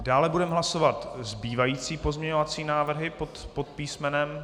Dále budeme hlasovat zbývající pozměňovací návrhy pod písmenem...